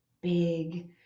big